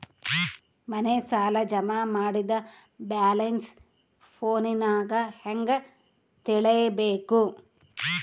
ಮನೆ ಸಾಲ ಜಮಾ ಮಾಡಿದ ಬ್ಯಾಲೆನ್ಸ್ ಫೋನಿನಾಗ ಹೆಂಗ ತಿಳೇಬೇಕು?